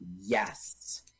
Yes